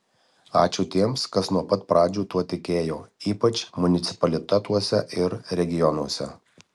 ačiū tiems kas nuo pat pradžių tuo tikėjo ypač municipalitetuose ir regionuose